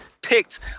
picked